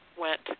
went